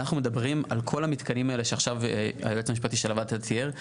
אנחנו מדברים על כל המתקנים האלה שעכשיו היועץ המשפטי של הוועדה תיאר.